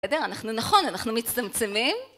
בסדר? אנחנו נכון, אנחנו מצטמצמים